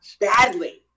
badly